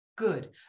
good